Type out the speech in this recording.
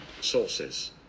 Sources